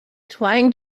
trying